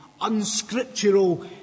unscriptural